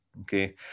okay